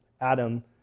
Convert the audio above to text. Adam